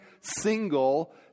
single